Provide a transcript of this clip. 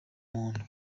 muntu